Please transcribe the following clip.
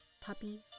Puppy